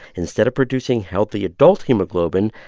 instead of producing healthy adult hemoglobin,